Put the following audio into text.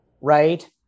right